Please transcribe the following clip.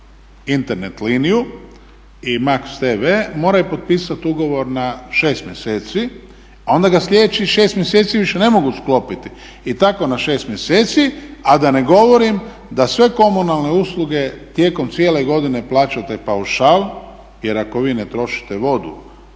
Internet liniju i MAX TV moraju potpisati ugovor na 6 mjeseci, a onda ga sljedećih 6 mjeseci više ne mogu sklopiti. I tako na 6 mjeseci, a da ne govorim da sve komunalne usluge tijekom cijele godine plaćate paušal jer ako vi ne trošite vodu,